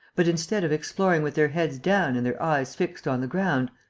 but, instead of exploring with their heads down and their eyes fixed on the ground,